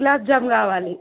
గులాబ్ జామ్ కావాలి